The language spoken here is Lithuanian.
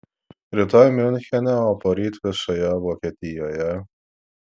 rytoj miunchene o poryt visoje vokietijoje